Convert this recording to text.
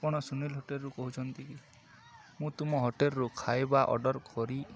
ଆପଣ ସୁନୀଲ ହୋଟେଲରୁୁ କହୁଛନ୍ତି କି ମୁଁ ତୁମ ହୋଟେଲରୁ ଖାଇବା ଅର୍ଡର୍ କରି